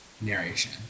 narration